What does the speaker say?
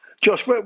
Josh